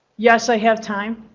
yes i have time?